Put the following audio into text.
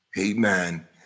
Amen